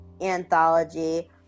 anthology